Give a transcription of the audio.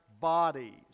bodies